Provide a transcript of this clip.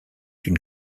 une